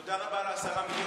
תודה רבה על ה-10 מיליון,